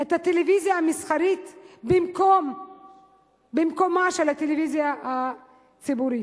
את הטלוויזיה המסחרית במקומה של הטלוויזיה הציבורית.